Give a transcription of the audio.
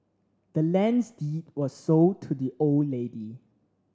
the land's deed was sold to the old lady